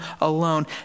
alone